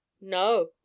No